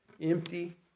Empty